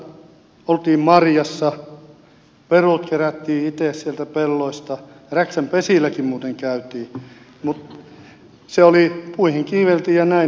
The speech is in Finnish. kun me olimme koulussa oltiin marjassa perunat kerättiin itse sieltä pelloilta räksän pesilläkin muuten käytiin ja puihin kiivettiin ja näin